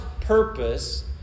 purpose